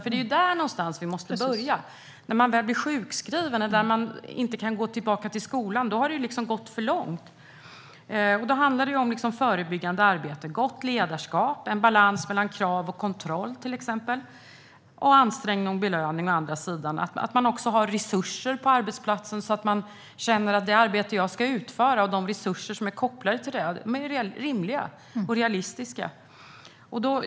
Det är ju där någonstans vi måste börja - när man väl blir sjukskriven eller inte kan gå tillbaka till skolan har det gått för långt. Det handlar till exempel om förebyggande arbete, om gott ledarskap och om balans mellan krav och kontroll samt mellan ansträngning och belöning. Det handlar också om att det finns resurser på arbetsplatsen, så att man känner att det arbete som man ska utföra är rimligt och realistiskt sett till de resurser som är kopplade till detta.